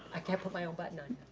i can't put my own button on.